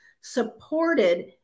supported